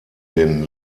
den